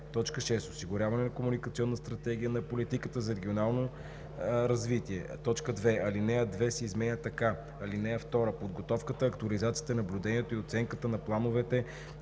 2; 6. осигуряване на комуникационна стратегия на политиката за регионално развитие.“ 2. Алинея 2 се изменя така: „(2) Подготовката, актуализацията, наблюдението и оценката на плановете